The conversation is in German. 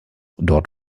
dort